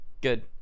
good